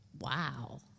Wow